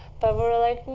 but we're like,